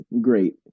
great